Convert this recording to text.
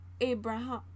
Abraham